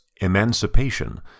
Emancipation